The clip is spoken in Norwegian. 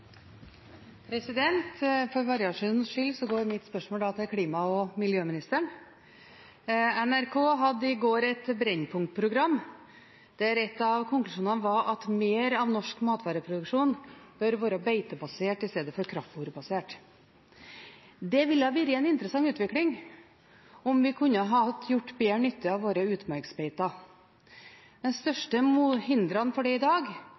miljøministeren. NRK hadde i går et Brennpunkt-program der en av konklusjonene var at mer av norsk matvareproduksjon bør være beitebasert i stedet for kraftfôrbasert. Det ville vært en interessant utvikling om vi kunne ha gjort oss bedre nytte av våre utmarksbeiter. De største hindrene for det i dag